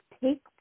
take